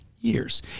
years